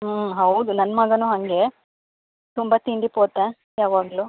ಹ್ಞೂ ಹೌದು ನನ್ನ ಮಗನು ಹಾಗೆ ತುಂಬ ತಿಂಡಿ ಪೋತ ಯಾವಾಗಲು